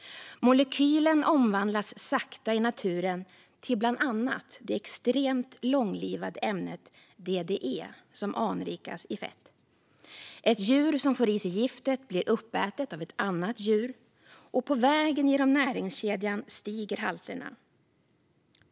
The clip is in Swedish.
Molekylen omvandlas sakta i naturen till bland annat det extremt långlivade ämnet DDE, som anrikas i fett. Ett djur som får i sig giftet blir uppätet av ett annat djur, och på vägen genom näringskedjan stiger halterna.